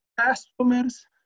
customers